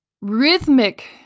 rhythmic